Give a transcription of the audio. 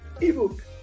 ebook